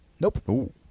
Nope